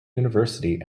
university